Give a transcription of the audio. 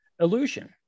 illusion